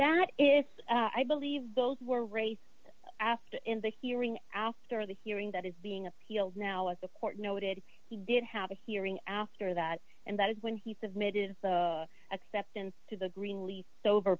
that is i believe those were raised asked in the hearing after the hearing that is being appealed now as the court noted he did have a hearing after that and that is when he submitted the acceptance to the greenleaf's over